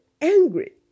angry